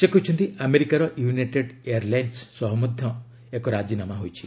ସେ କହିଛନ୍ତି ଆମେରିକାର ୟୁନାଇଟେଡ୍ ଏୟାର୍ ଲାଇନ୍ସ ସହ ମଧ୍ୟ ଏକ ରାଜିନାମା ହୋଇଛି